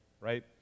right